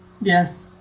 Yes